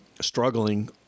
struggling